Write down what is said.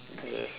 yes